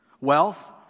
Wealth